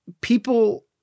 people